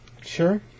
Sure